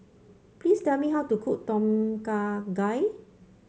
please tell me how to cook Tom Kha Gai